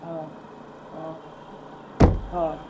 हँ हँ हँ